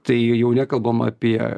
tai jau nekalbam apie